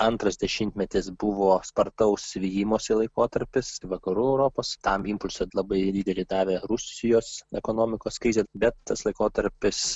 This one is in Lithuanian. antras dešimtmetis buvo spartaus vijimosi laikotarpis vakarų europos tam impulsą labai didelį davė rusijos ekonomikos krizė bet tas laikotarpis